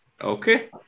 okay